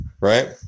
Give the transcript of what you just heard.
right